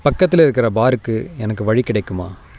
பக்கத்தில் இருக்கிற பாருக்கு எனக்கு வழி கிடைக்குமா